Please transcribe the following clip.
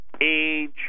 age